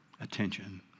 attention